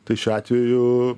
tai šiuo atveju